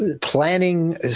planning